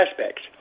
aspects